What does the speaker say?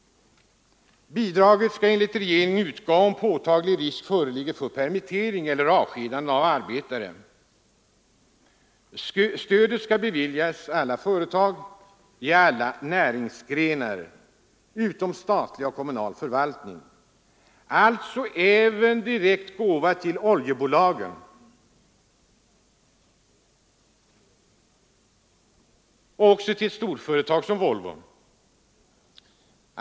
Bidraget skall enligt regeringen utgå om påtaglig risk föreligger för permittering eller avskedande av arbetare. Stödet skall kunna beviljas alla företag i alla näringsgrenar utom statlig och kommunal förvaltning, alltså även som en direkt gåva till oljebolagen och till storföretag som Volvo.